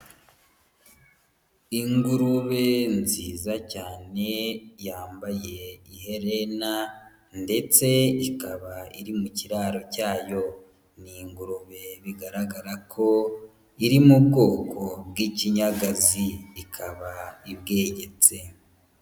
Ingurube nziza cyane yambaye iherena ndetse ikaba iri mu kiraro cyayo, ni ingurube bigaragara ko iri mu bwoko bw'ikinyagazi ikaba ibwegetse.